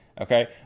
okay